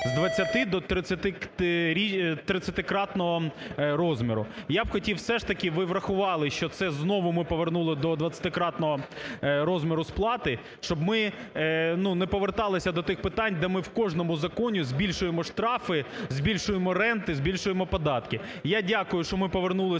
з 20 до 30-кратного розміру. Я б хотів все ж таки, щоб ви врахували, що це знову ми повернули до 20-кратного розміру сплати, щоб ми не повертались до тих питань, де ми в кожному законі збільшуємо штрафи, збільшуємо ренти, збільшуємо податки. Я дякую, що ми повернулися